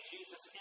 Jesus